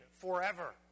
forever